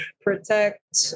protect